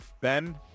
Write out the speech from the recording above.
Ben